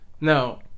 No